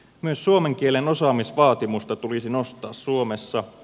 myös suomen kielen osaamisvaatimusta tulisi nostaa suomessa